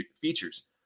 features